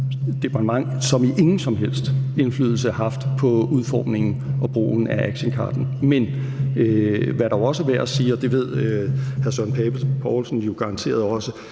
som i ingen som helst indflydelse, haft på udformningen og brugen af actioncardet. Men hvad, der også er værd at sige – og det ved hr. Søren Pape Poulsen jo garanteret også